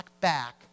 back